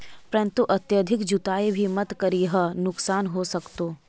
परंतु अत्यधिक जुताई भी मत करियह नुकसान हो सकतो